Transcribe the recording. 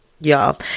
y'all